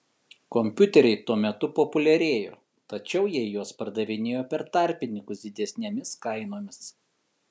kompiuteriai tuo metu populiarėjo tačiau jie juos pardavinėjo per tarpininkus didesnėmis kainomis